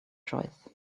choice